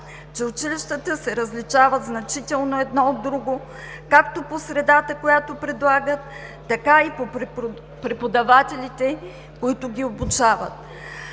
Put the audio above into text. че училищата се различават значително едно от друго както по средата, която предлагат, така и по преподавателите, които ги обучават.